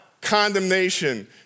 condemnation